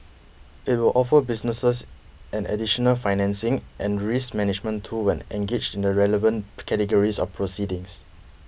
it will offer businesses an additional financing and risk management tool when engaged in the relevant categories of proceedings